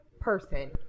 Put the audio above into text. person